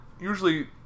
usually